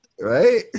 Right